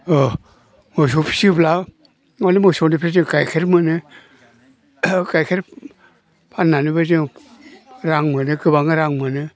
मोसौ फियोब्ला माने मोसौनिफ्राय जोङो गाइखेर मोनो गाइखेर फाननानैबो जोङो रां मोनो गोबां रां मोनो